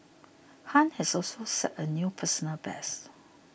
Han has also set a new personal best